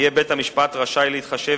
יהיה בית-המשפט רשאי להתחשב,